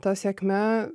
ta sėkme